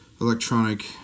electronic